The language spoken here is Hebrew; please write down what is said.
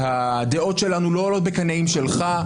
שהדעות שלנו לא עולות בקנה אחד עם שלך.